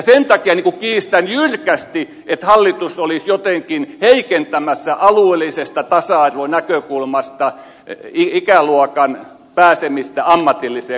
sen takia kiistän jyrkästi että hallitus olisi jotenkin heikentämässä alueellisesta tasa arvonäkökulmasta ikäluokan pääsemistä ammatilliseen koulutukseen